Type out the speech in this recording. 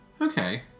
Okay